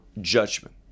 judgment